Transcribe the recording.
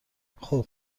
خوب